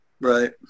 Right